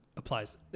applies